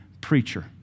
preacher